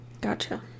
Gotcha